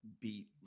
beat